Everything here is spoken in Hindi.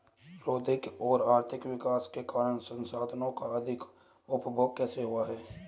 प्रौद्योगिक और आर्थिक विकास के कारण संसाधानों का अधिक उपभोग कैसे हुआ है?